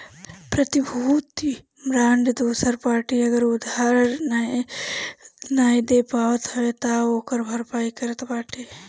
प्रतिभूति बांड दूसर पार्टी अगर उधार नाइ दे पावत हवे तअ ओकर भरपाई करत बाटे